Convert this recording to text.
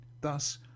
Thus